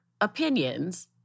opinions